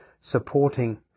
supporting